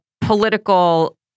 political